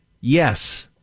yes